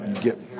get